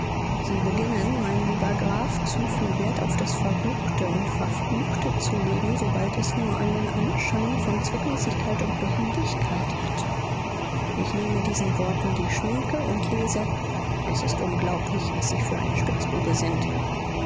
sie beginnen mein lieber graf zu viel wert auf das verruchte und verfluchte zu legen sobald es nur einen anschein von zweckmäßigkeit und behendigkeit hat ich nehme diesen worten die schminke und lese es ist unglaublich was sie für ein spitzbube sind